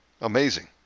Amazing